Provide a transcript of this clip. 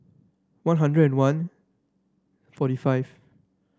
One Hundred and one forty five